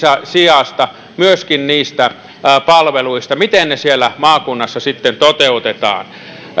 sijasta myöskin niistä palveluista miten ne siellä maakunnassa sitten toteutetaan